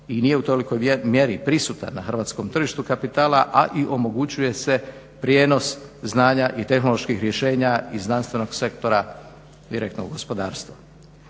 i nije u tolikoj mjeri prisutan na hrvatskom tržištu kapitala, a i omogućuje se prijenos znanja i tehnoloških rješenja iz znanstvenog sektora direktno u gospodarstvo.